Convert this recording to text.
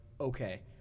okay